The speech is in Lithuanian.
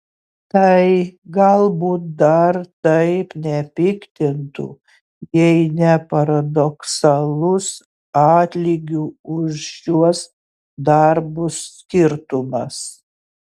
tai galbūt dar taip nepiktintų jei ne paradoksalus atlygių už šiuos darbus skirtumas